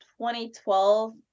2012